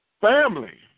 family